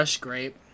Grape